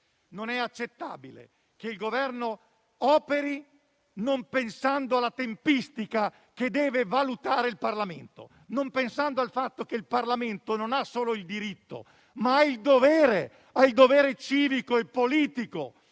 non è accettabile che il Governo operi non pensando ai tempi necessari alla valutazione del Parlamento, non pensando al fatto che il Parlamento non ha solo il diritto, ma ha il dovere civico e politico